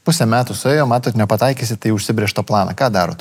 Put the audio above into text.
pusė metų suėjo matot nepataikysit į užsibrėžtą planą ką darot